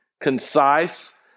concise